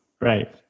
right